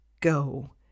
go